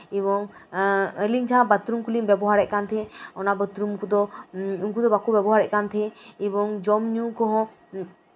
ᱮᱵᱚᱝ ᱟᱹᱞᱤᱧ ᱡᱟᱦᱟᱸ ᱵᱟᱛᱷᱨᱩᱢ ᱠᱚᱞᱤᱧ ᱵᱮᱵᱚᱦᱟᱨᱮᱫ ᱠᱟᱱ ᱛᱟᱦᱮᱸᱱᱟ ᱚᱱᱟ ᱵᱟᱛᱷᱨᱩᱢ ᱠᱚᱫᱚ ᱩᱱᱠᱩ ᱫᱚ ᱵᱟᱠᱚ ᱵᱮᱵᱚᱦᱟᱨᱮᱫ ᱛᱟᱦᱮᱸᱫ ᱮᱵᱚᱝ ᱡᱚᱢ ᱧᱩ ᱠᱚᱸᱦᱚ